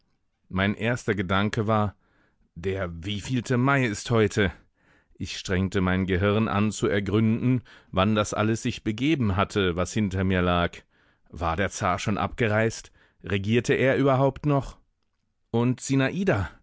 mein erster gedanke war der wievielte mai ist heute ich strengte mein gehirn an zu ergründen wann das alles sich begeben hatte was hinter mir lag war der zar schon abgereist regierte er überhaupt noch und